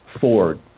Ford